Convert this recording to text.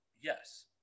Yes